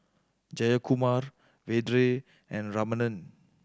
Jayakumar Vedre and Ramanand